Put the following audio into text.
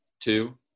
two